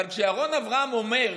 אבל כשירון אברהם אומר: